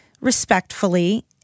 respectfully